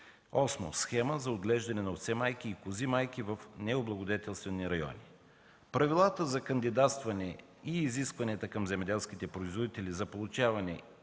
8. схема за отглеждане на овце-майки и кози-майки в необлагодетелствани райони. Правилата за кандидатстване и изискванията към земеделските производители за получаване на